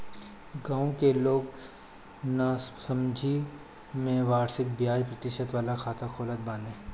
गांव के लोग नासमझी में वार्षिक बियाज प्रतिशत वाला खाता खोलत बाने